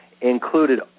included